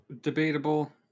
debatable